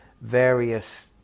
various